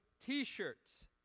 t-shirts